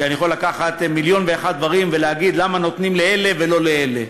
כי אני יכול לקחת מיליון ואחד דברים ולהגיד למה נותנים לאלה ולא לאלה.